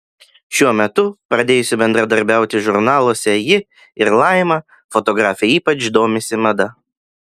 šiuo metu pradėjusi bendradarbiauti žurnaluose ji ir laima fotografė ypač domisi mada